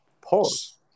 Pause